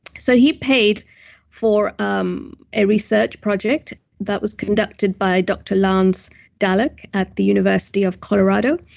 so he paid for um a research project that was conducted by dr. lance dalleck at the university of colorado.